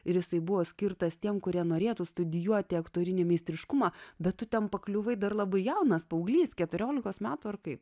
ir jisai buvo skirtas tiems kurie norėtų studijuoti aktorinį meistriškumą bet tu ten pakliuvai dar labai jaunas paauglys keturiolikos metų ar kaip